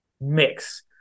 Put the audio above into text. mix